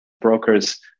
brokers